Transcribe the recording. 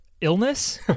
illness